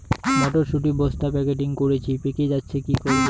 মটর শুটি বস্তা প্যাকেটিং করেছি পেকে যাচ্ছে কি করব?